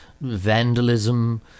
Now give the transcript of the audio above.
vandalism